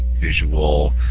visual